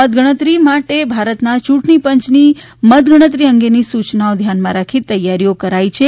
મતગણતરી માટે ભારતના ચૂંટણી પંચની મત ગણતરી અંગેની સુચનાઓ ધ્યાનમાં રાખીને તૈયારીઓ કરાઈ છે